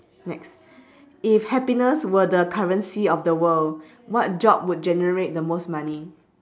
next if happiness were the currency of the world what job would generate the most money